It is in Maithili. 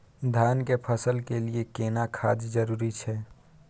धान के फसल के लिये केना खाद जरूरी छै?